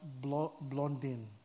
Blondin